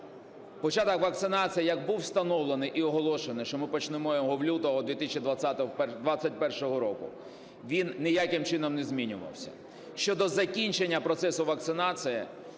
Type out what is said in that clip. початок вакцинації як був встановлений і оголошений, що ми почнемо його в лютому 2021 року, він ніяким чином не змінювався. Щодо закінчення процесу вакцинації,